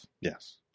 Yes